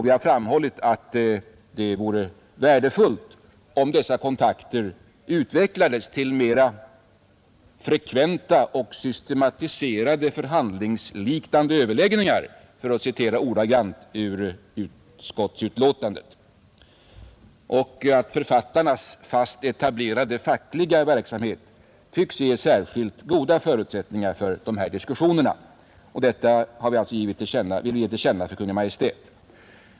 Vi har också betonat att det ”vore värdefullt om dessa kontakter utvecklades till mera frekventa och systematiserade förhandlingsliknande överläggningar”, för att citera ordagrant ur utskottsbetänkandet. Författarnas fast etablerade fackliga verksamhet tycks ge särskilt goda förutsättningar för dessa diskussioner. Detta vill vi alltså ge till känna för Kungl. Maj:t.